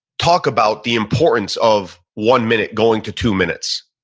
talk about the importance of one minute going to two minutes,